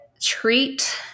treat